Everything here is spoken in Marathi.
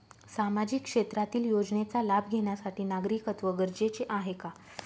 सामाजिक क्षेत्रातील योजनेचा लाभ घेण्यासाठी नागरिकत्व गरजेचे आहे का?